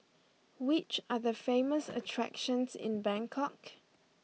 which are the famous attractions in Bangkok